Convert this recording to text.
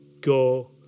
go